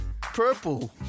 Purple